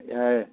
এ